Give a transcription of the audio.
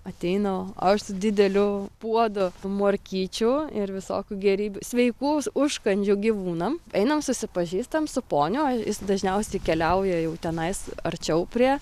ateinu aš su dideliu puodu morkyčių ir visokių gėrybių sveikų užkandžių gyvūnam einam susipažįstam su poniu jis dažniausiai keliauja jau tenais arčiau prie